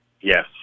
Yes